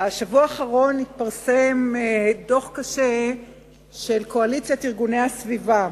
בשבוע האחרון התפרסם דוח קשה של "קואליציית ארגוני הסביבה",